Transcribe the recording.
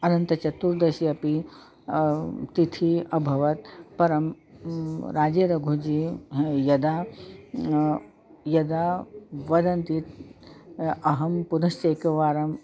अनन्तचतुर्दशी अपि तिथिः अभवत् परं राजेरघुजी यदा यदा वदन्ति अहं पुनश्च एकवारम्